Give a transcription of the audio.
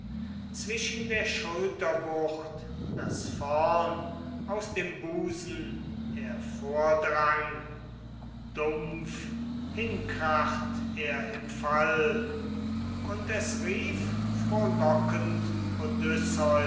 zwischen der schulterbucht daß vorn aus dem busen er vordrang dumpf hinkracht er im fall und es rief frohlockend